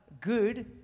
good